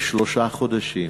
בשלושה חודשים,